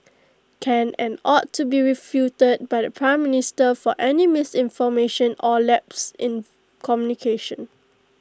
can and ought to be refuted by the Prime Minister for any misinformation or lapses in communication